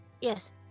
Yes